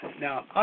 Now